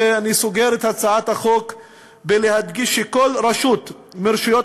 אני סוגר את הצעת החוק בהדגשה שכל רשות מרשויות